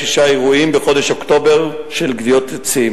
שישה אירועים של גדיעות עצים